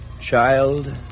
Child